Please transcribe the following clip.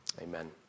amen